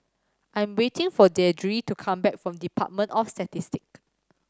I am waiting for Deidre to come back from Department of Statistics